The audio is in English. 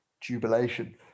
jubilation